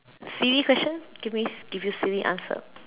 silly question give me give you silly answer